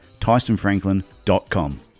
TysonFranklin.com